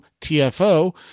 TFO